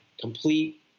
complete